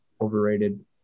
Overrated